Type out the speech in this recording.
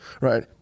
right